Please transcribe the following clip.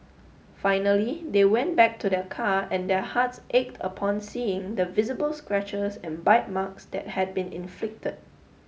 finally they went back to their car and their hearts ached upon seeing the visible scratches and bite marks that had been inflicted